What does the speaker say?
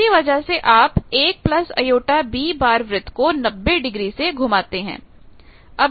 इसी वजह से आप 1jB वृत्त को 90 डिग्री से घुमाते हैं